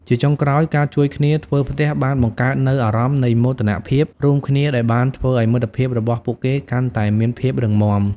ជាចុងក្រោយ ការជួយគ្នាធ្វើផ្ទះបានបង្កើតនូវអារម្មណ៍នៃមោទនភាពរួមគ្នាដែលបានធ្វើឱ្យមិត្តភាពរបស់ពួកគេកាន់តែមានភាពរឹងមាំ។